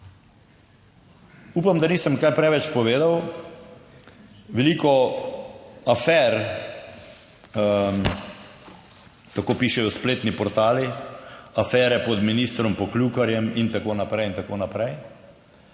Upam, da nisem kaj preveč povedal. Veliko afer, tako pišejo spletni portali afere pod ministrom Poklukarjem in tako naprej in tako naprej,